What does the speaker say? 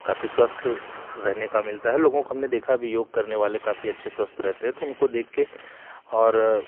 काफ़ी स्वस्थ रहने का मिलता है लोगों को हमने देखा भी योग करने वाले का काफ़ी अच्छे स्वस्थ रहते हैं तो उनको देखके और